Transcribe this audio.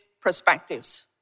perspectives